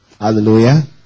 Hallelujah